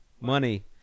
Money